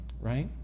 right